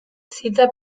zita